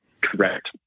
correct